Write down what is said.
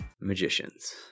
Magicians